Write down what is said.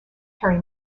perry